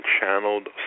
channeled